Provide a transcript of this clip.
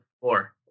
four